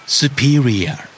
superior